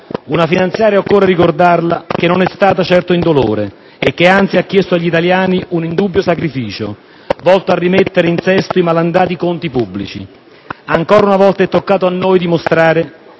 finanziaria - occorre ricordarlo - che non è stata certo indolore e che, anzi, ha chiesto agli italiani un indubbio sacrificio, volto a rimettere in sesto i malandati conti pubblici. Ancora una volta è toccato a noi dimostrare